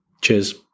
Cheers